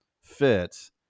fit